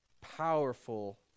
powerful